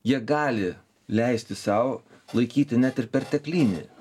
jie gali leisti sau laikyti net ir perteklinį